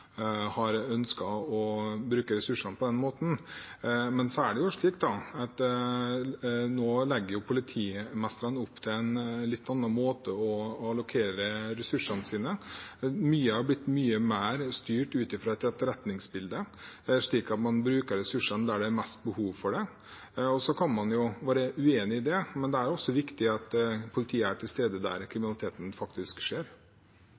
har ønsket å bruke ressursene på den måten. Nå legger jo politimestrene opp til en annen måte å allokere ressursene sine på. Mye er blitt mye mer styrt ut fra et etterretningsbilde, slik at man bruker ressursene der det er størst behov for dem. Man kan være uenig i det, men det er også viktig at politiet er til stede der kriminaliteten faktisk skjer.